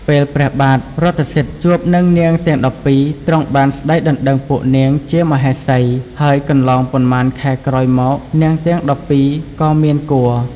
ពេលព្រះបាទរថសិទ្ធិជួបនឹងនាងទាំង១២ ទ្រង់បានស្តីដណ្តឹងពួកនាងជាមហេសី ហើយកន្លងប៉ុន្មានខែក្រោយមកនាងទាំង១២ ក៏មានគភ៌។